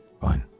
fine